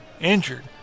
injured